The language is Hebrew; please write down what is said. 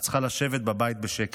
את צריכה לשבת בבית בשקט.